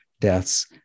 deaths